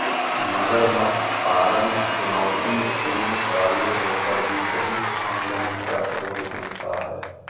मगरमच्छ पालन चुनौतीपूर्ण कार्य होकर भी बहुत आमदनी का स्रोत बनता है